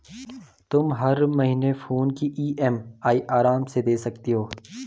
तुम हर महीने फोन की ई.एम.आई आराम से दे सकती हो